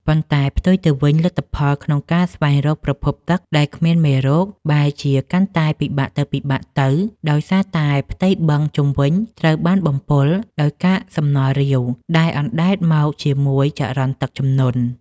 ប៉ុន្តែផ្ទុយទៅវិញ លទ្ធភាពក្នុងការស្វែងរកប្រភពទឹកដែលគ្មានមេរោគ បែរជាកាន់តែពិបាកទៅៗ ដោយសារតែផ្ទៃបឹងជុំវិញត្រូវបានបំពុលដោយកាកសំណល់រាវ និងរឹងដែលអណ្តែតមកជាមួយចរន្តទឹកជំនន់។